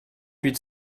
huit